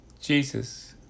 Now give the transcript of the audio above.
Jesus